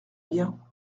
bien